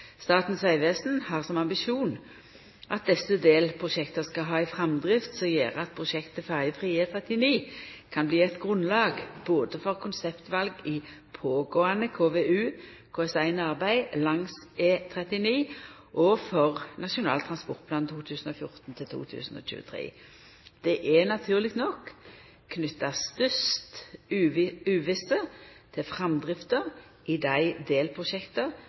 Statens vegvesen har som ambisjon at desse delprosjekta skal ha ei framdrift som gjer at prosjektet «Ferjefri E39» kan bli eit grunnlag både for konseptval i pågåande KVU/KS1-arbeid langs E39 og for Nasjonal transportplan 2014–2023. Det er naturleg nok knytt størst uvisse til framdrifta i dei